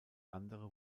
andere